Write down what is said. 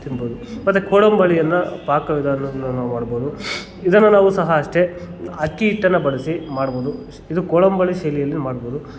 ತಿನ್ಬೋದು ಮತ್ತು ಕೋಡಂಬಳಿಯನ್ನು ಪಾಕ ವಿಧಾನವನ್ನು ನಾವು ಮಾಡ್ಬೌದು ಇದನ್ನು ನಾವು ಸಹ ಅಷ್ಟೆ ಅಕ್ಕಿ ಹಿಟ್ಟನ್ನು ಬಳಸಿ ಮಾಡ್ಬೌದು ಇದು ಕೋಳಂಬಳಿ ಶೈಲಿಯಲ್ಲಿ ಮಾಡ್ಬೌದು